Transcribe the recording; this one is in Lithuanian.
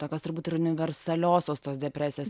tokios turbūt ir universaliosios tos depresijos